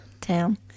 town